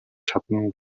чадна